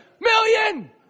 million